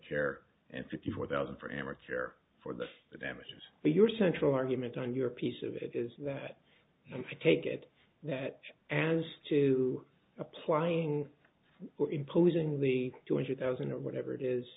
chair and fifty four thousand for amor care for the damages but your central argument on your piece of it is that i take it that as to applying or imposing the two hundred thousand or whatever it is